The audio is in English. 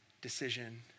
decision